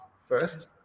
first